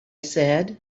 said